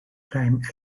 crime